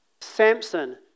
Samson